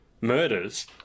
murders